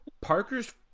parker's